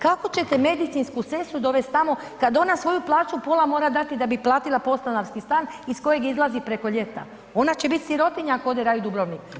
Kako ćete medicinsku sestru dovest tamo kad ona svoju plaću pola mora dati da bi platila podstanarski stan iz kojeg izlazi preko ljeta, ona će biti sirotinja ako ode radit u Dubrovnik.